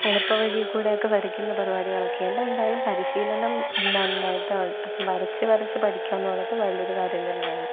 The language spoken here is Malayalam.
എളുപ്പവഴിയിൽക്കൂടെ ഒക്കെ വരയ്ക്കുന്ന പരിപാടികൾ ഒക്കെയുണ്ട് എന്തായാലും പരിശീലനം നന്നായിട്ട് വരച്ച് വരച്ച് പഠിക്കുക എന്നുള്ളത് വലിയ ഒരു കാര്യം തന്നെയാണ്